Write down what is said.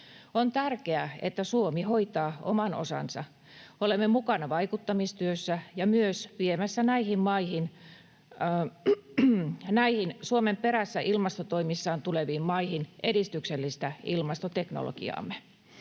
On tärkeää, että Suomi hoitaa oman osansa, olemme mukana vaikuttamistyössä ja myös viemässä näihin maihin, näihin Suomen perässä ilmastotoimissaan tuleviin maihin, edistyksellistä ilmastoteknologiaamme.